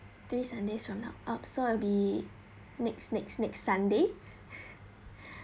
three sundays from now oh so it'll be next next next sunday